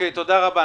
תודה רבה.